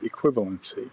equivalency